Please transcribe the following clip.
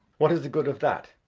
what is the good of that?